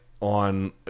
on